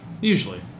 Usually